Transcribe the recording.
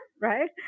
right